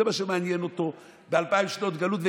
זה מה שמעניין אותו באלפיים שנות גלות,